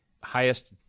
highest